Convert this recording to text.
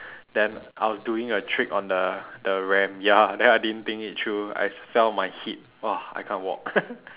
then I was doing a trick on the the ramp ya then I didn't think it through I fell on my hip !wah! I can't walk